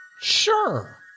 Sure